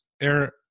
air